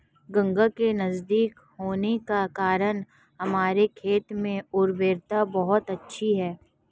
गंगा के नजदीक होने के कारण हमारे खेत में उर्वरता बहुत अच्छी है